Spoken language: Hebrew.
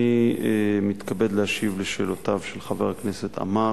אני מתכבד להשיב לשאלותיו של חבר הכנסת עמאר.